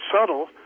subtle